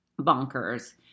bonkers